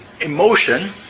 emotion